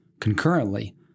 Concurrently